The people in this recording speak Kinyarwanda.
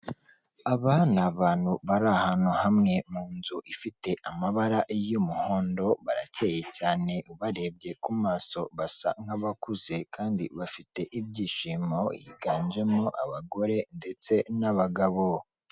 Aba ni abantu bari ahantu hamwe mu nzu ifite amabara y'umuhondo, barakeye cyane barebye ku maso basa nk'abakuze kandi bafite ibyishimo yiganjemo abagore ndetse n'abagabo.